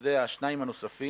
שזה השניים הנוספים,